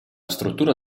struttura